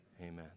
amen